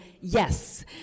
yes